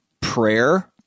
prayer